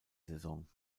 saison